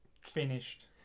finished